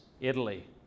Italy